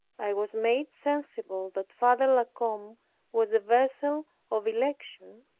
i was made sensible that father la combe was a vessel of election,